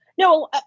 No